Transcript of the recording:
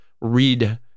read